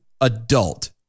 adult